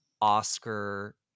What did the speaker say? Oscar